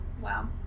Wow